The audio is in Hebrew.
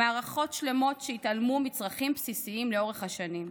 מערכות שלמות שהתעלמו מצרכים בסיסיים לאורך השנים.